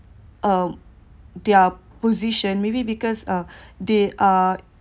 uh their position maybe because uh they are they are